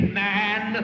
man